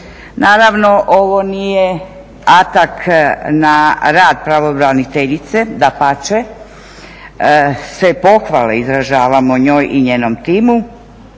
Naravno ovo nije atak na rad pravobraniteljice, dapače, sve pohvale izražavamo njoj i njenom timu,